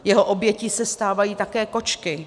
Jeho obětí se stávají také kočky.